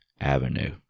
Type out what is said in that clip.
Avenue